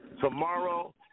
Tomorrow